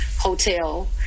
hotel